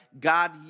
God